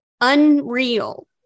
Unreal